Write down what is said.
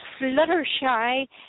Fluttershy